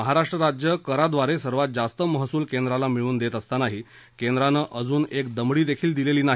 महाराष्ट्र राज्य कराद्वारे सर्वात जास्त महसूल केंद्राला मिळवून देत असतानाही केंद्रानं अजून एक दमडी दिलेली नाही